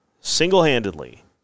single-handedly